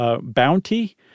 Bounty